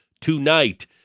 tonight